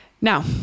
Now